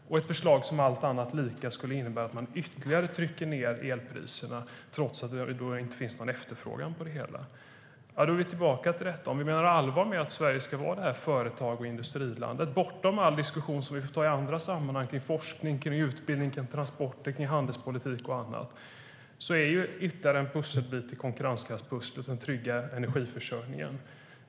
Det är ett förslag som allt annat lika skulle innebära att man ytterligare trycker ned elpriserna, trots att det då inte finns någon efterfrågan på det hela. Då är vi tillbaka vid detta. Om vi menar allvar med att Sverige ska vara ett företags och industriland, bortom all diskussion som vi får ta i andra sammanhang kring forskning, utbildning, transporter, handelspolitik och annat, är ytterligare en pusselbit i konkurrenskraftspusslet den trygga energiförsörjningen.